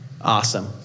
Awesome